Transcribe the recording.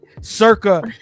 circa